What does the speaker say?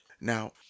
Now